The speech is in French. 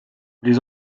les